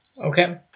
Okay